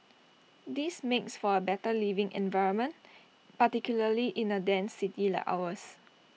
this makes for A better living environment particularly in A dense city like ours